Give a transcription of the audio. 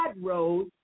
road